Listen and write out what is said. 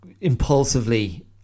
impulsively